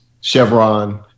Chevron